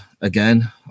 again